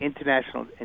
international